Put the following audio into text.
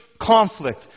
conflict